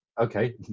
Okay